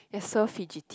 you're so fidgety